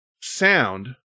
sound